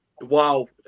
wow